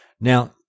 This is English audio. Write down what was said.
Now